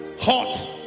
hot